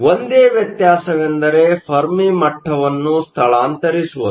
ಒಂದೇ ವ್ಯತ್ಯಾಸವೆಂದರೆ ಫೆರ್ಮಿ ಮಟ್ಟವನ್ನು ಸ್ಥಳಾಂತರಿಸುವುದು